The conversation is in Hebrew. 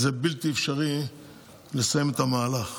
יהיה בלתי אפשרי לסיים את המהלך.